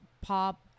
pop